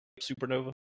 supernova